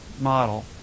model